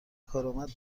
کارآمد